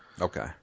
Okay